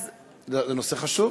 אז, זה נושא חשוב.